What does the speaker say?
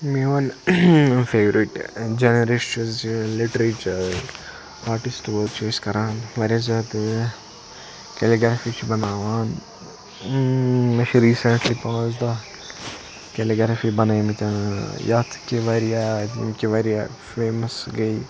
میون favourite genre یُس چھُ زِ لِٹریچَر آٹِسٹ أسۍ کَران واریاہ زیادٕ کیٚلِگریٚفی چھِ بَناوان مےٚ چھِ ریٖسنٛٹلی پانٛژھ دہ کیٚلِگریٚفی بَنٲمٕتۍ یَتھ کہِ واریاہ یِم کہِ واریاہ فیمَس گٔیہِ